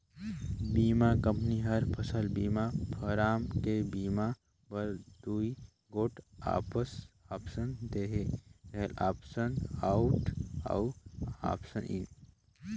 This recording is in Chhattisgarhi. बीमा कंपनी हर फसल बीमा फारम में बीमा बर दूई गोट आप्सन देहे रहेल आप्सन आउट अउ आप्सन इन